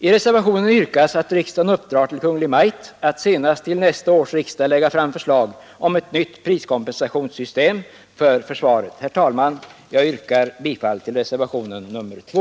I reservationen yrkas att riksdagen uppdrar till Kungl. Maj:t att senast till nästa års riksdag lägga fram förslag om ett nytt priskompensationssystem för försvaret. Herr talman! Jag yrkar bifall till reservationen 2.